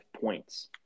points